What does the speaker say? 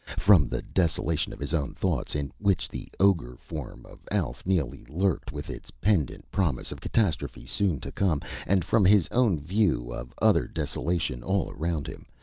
from the desolation of his own thoughts, in which the ogre-form of alf neely lurked with its pendent promise of catastrophe soon to come, and from his own view of other desolation all around him,